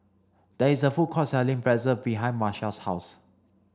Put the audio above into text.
there is a food court selling Pretzel behind Marsha's house